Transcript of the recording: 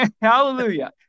Hallelujah